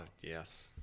yes